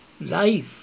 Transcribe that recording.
life